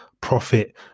profit